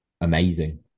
amazing